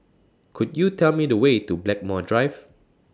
Could YOU Tell Me The Way to Blackmore Drive